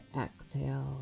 exhale